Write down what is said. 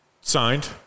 signed